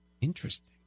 interesting